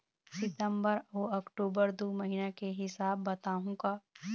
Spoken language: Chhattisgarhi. सितंबर अऊ अक्टूबर दू महीना के हिसाब बताहुं का?